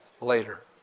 later